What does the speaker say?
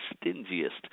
stingiest